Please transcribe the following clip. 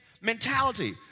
mentality